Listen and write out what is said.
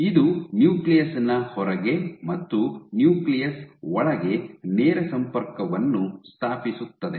ಇದು ನ್ಯೂಕ್ಲಿಯಸ್ ನ ಹೊರಗೆ ಮತ್ತು ನ್ಯೂಕ್ಲಿಯಸ್ ಒಳಗೆ ನೇರ ಸಂಪರ್ಕವನ್ನು ಸ್ಥಾಪಿಸುತ್ತದೆ